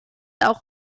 auch